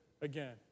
again